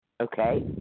Okay